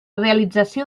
realització